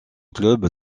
club